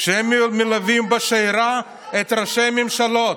מלווים בשיירה את ראשי הממשלות.